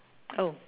oh